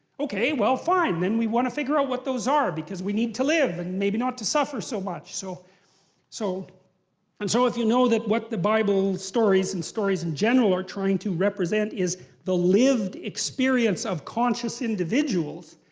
okay, well, fine, then we want to figure out what those are because we need to live and maybe not to suffer so much. so so and so if you know that what the bible stories and stories in general are trying to represent is the lived experience of conscious individuals,